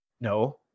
No